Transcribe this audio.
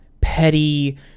petty